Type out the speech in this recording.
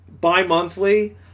bi-monthly